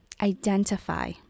Identify